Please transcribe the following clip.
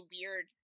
weird